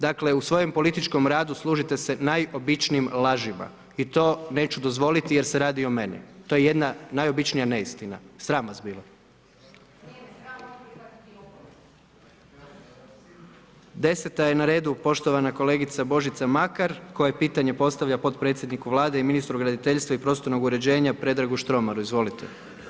Dakle, u svojem političkom radu, služite se najobičnijim lažima i to neću dozvoliti jer se radi o meni, to je jedna najobičnija neistina, sram vas bilo. … [[Upadica se ne čuje.]] 10. je na redu, poštovana kolegica Božica Makar, koje pitanja postavlja potpredsjedniku Vlade i ministru graditeljstva i prostornog uređenja Predragu Štromaru, izvolite.